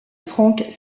frank